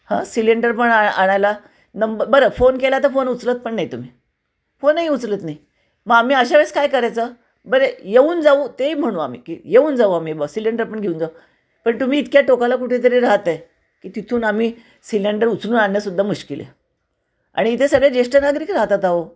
हा सिलेंडर पण आणायला नंब बरं फोन केला तर फोन उचलत पण नाही तुम्ही फोनही उचलत नाही मग आम्ही अशा वेळेस काय करायचं बरे येऊन जाऊ ते ही म्हणू आम्ही की येऊन जाऊ आम्ही बस सिलेंडर पण घेऊ जाऊ पण तुम्ही इतक्या टोकाला कुठेतरी रहाताय की तिथून आम्ही सिलेंडर उचलून आणणंसुद्धा मुश्किल आहे आणि इथे सगळे ज्येष्ठ नागरीक राहतात अहो